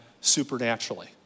supernaturally